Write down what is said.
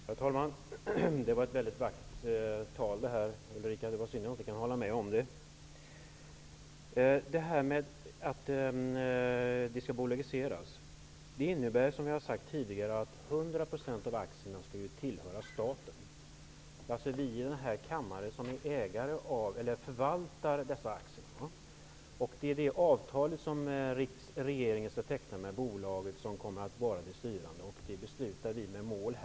Herr talman! Det var ett väldigt vackert tal, Ulrica Messing! Det är synd att jag inte kan hålla med om det som sades. En bolagisering innebär, som jag har sagt tidigare, att 100 % av aktierna skall tillhöra staten, varför vi i denna kammare förvaltar dessa aktier. Det är det avtal som regeringen skall teckna med bolaget som kommer att vara styrande. Vi här i riksdagen beslutar om målen.